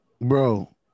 bro